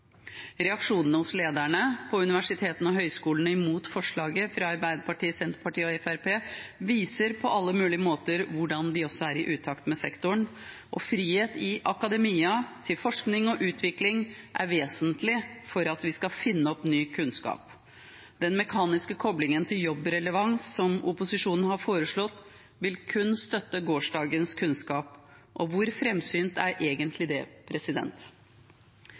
Reaksjonene hos lederne på universitetene og høyskolene mot forslaget fra Arbeiderpartiet, Senterpartiet og Fremskrittspartiet viser på alle mulige måter hvordan de er i utakt med sektoren. Frihet i akademia til forskning og utvikling er vesentlig for at vi skal finne opp ny kunnskap. Den mekaniske koblingen til jobbrelevans som opposisjonen har foreslått, vil kun støtte gårsdagens kunnskap. Hvor framsynt er egentlig det?